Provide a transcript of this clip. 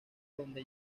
donde